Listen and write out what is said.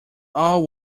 all